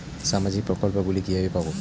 সামাজিক প্রকল্প গুলি কিভাবে পাব?